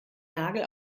nagel